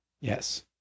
Yes